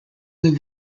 live